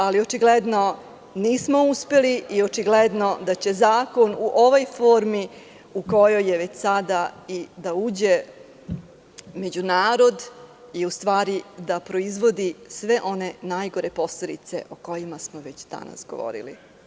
Ali, očigledno, nismo uspeli i očigledno da će zakon u ovoj formi u kojoj je već sada i da uđe među narod i, u stvari, da proizvodi sve one najgore posledice o kojima smo već danas govorili.